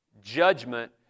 judgment